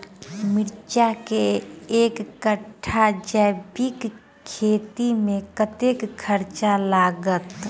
मिर्चा केँ एक कट्ठा जैविक खेती मे कतेक खर्च लागत?